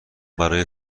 برای